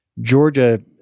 Georgia